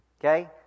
Okay